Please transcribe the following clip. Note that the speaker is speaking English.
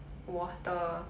water